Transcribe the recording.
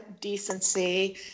decency